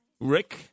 Rick